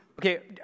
Okay